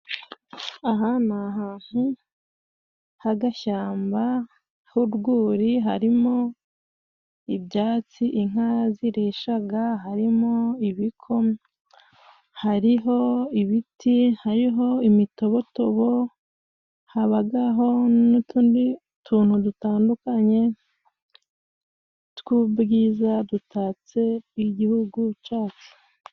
Aha ni ahantu h'agashyamba, h'urwuri harimo ibyatsi inka zirisha, harimo ibiko, hariho ibiti, hariho imitobotobo, habaho n'utundi tuntu dutandukanye tw'ubwiza, dutatse igihugu cyacu.